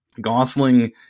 Gosling